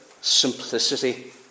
simplicity